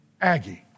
Aggie